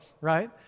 right